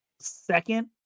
second